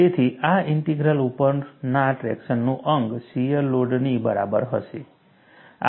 તેથી આ ઇન્ટિગ્રલ ઉપરના ટ્રેક્શનનું અંગ શિયર લોડની બરાબર હશે